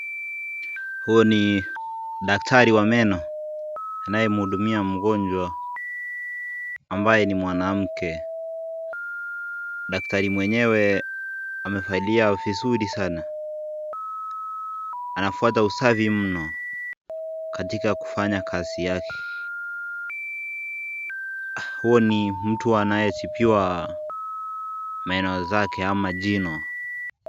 Huyu ni daktari wa meno anaye muhudumia mgonjwa, ambaye ni mwanamke, daktari mwenyewe amevalia vizuri sana ,anafuata usafi meno katika kufanya kazi yake Huyu ni mtu anaye tibiwa meno zake au jino.